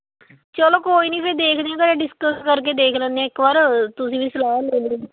ਚਲੋ ਕੋਈ ਨਹੀਂ ਫਿਰ ਦੇਖਦੇ ਹਾਂ ਘਰ ਡਿਸਕਿਸ ਕਰ ਕੇ ਦੇਖ ਲੈਂਦੇ ਆ ਇਕ ਵਾਰ ਤੁਸੀਂ ਵੀ ਸਲਾਹ ਲੈ ਲਓ